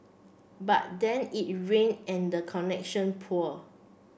but then it rained and the connection poor